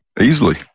Easily